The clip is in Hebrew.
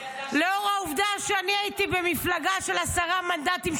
לאור העובדה שאני הייתי במפלגה של עשרה מנדטים,